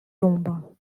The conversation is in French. l’ombre